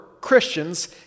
Christians